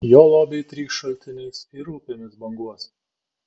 jo lobiai trykš šaltiniais ir upėmis banguos